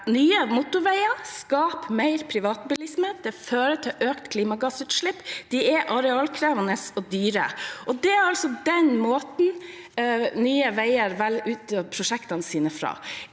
Nye motorveier skaper mer privatbilisme. Det fører til økte klimagassutslipp, det er arealkrevende og dyrt. Det er altså den måten Nye veier velger ut prosjektene sine på.